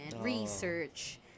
research